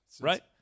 right